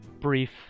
brief